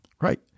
Right